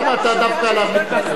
למה אתה דווקא עליו מתנפל?